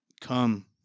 come